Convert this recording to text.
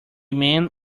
man